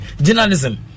journalism